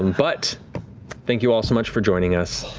um but thank you all so much for joining us.